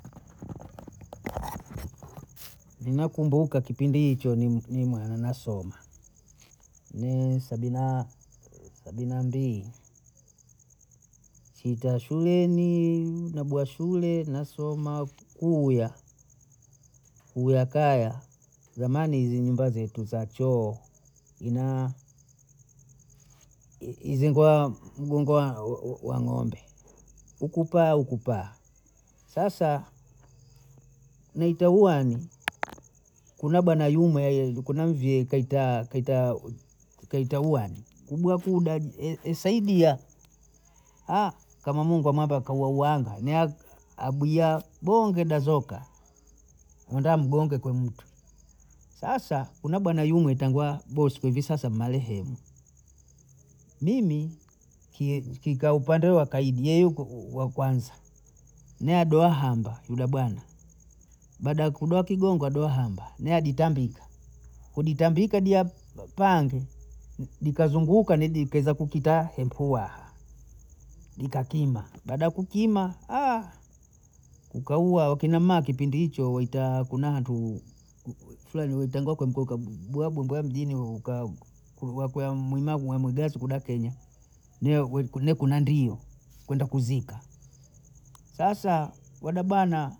nakumbuka kipindi hicho ni mwana nasoma, ne sabina sabina mbili, sita shuleni na bwaa shule nasoma kuuya, kuuya kaya, zamani hizi nyumba zetu za choo, ina hizi mbao mgongo wa ng'ombe huku paa huku paa, sasa nitaguane kuna dana yunwa kuna mvyee kaitaa kaita kaita uwani kubwa kuda die saidia kama munga haya mambo akauwa uwana mia abiya bonge dazoka nenda mbonge kwa mtu, sasa kuna bwana yunwe taingwa bosi kwa hivi sasa ni marehemu, mimi kikaa upande wa kaidi ye yuko wa kwanza, mi adoa hamba uda bwana, baada ya kubwa kigongo hado hamba mi hadi tambika, kuditambika dia p- pange ni- nikazunguka nidikeze kukita hepuaha nikakima, baada ya kukima kukauwa, wakinamama wa kipindi hicho waita kuna antuhu fraha naitanga kwamkoka bwabu ndo mjini wakukabu kulu wakwamuna mwamna mujasi wakuda Kenya, mi ku- kuna ndiyo kwenda kuzika, sasa wada bana